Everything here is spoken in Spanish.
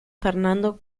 fernando